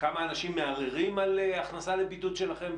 כמה אנשים מערערים על הכנסה לבידוד שלכם?